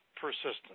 persistence